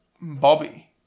Bobby